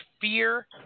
fear